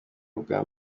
ubwa